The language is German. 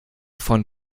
von